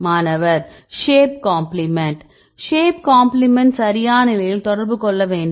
மாணவர் shape complement shape complement சரியான நிலையில் தொடர்பு கொள்ள வேண்டும்